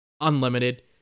Unlimited